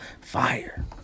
fire